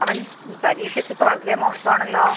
അവൻ പരീക്ഷയ്ക്കൊക്കെ വളരെ മോശം ആണല്ലോ